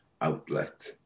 outlet